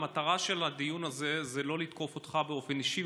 המטרה של הדיון הזה אינה לתקוף אותך באופן אישי,